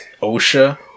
OSHA